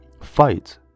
fight